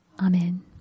Amen